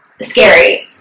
scary